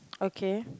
okay